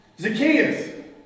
Zacchaeus